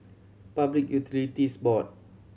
Public Utilities Board